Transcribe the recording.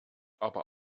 aber